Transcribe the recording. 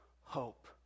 hope